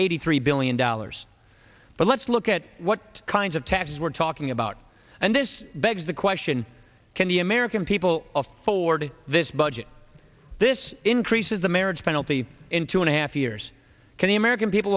eighty three billion dollars but let's look at what kinds of taxes we're talking about and this begs the question can the american people afford this budget this increases the marriage penalty in two and a half years can in american people